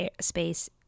space